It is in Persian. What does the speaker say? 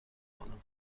کنم